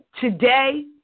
today